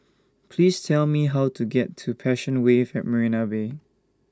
Please Tell Me How to get to Passion Wave At Marina Bay